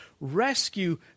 rescue